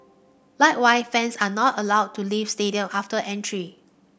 likewise fans are not allowed to leave the stadium after entry